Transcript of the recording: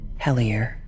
Hellier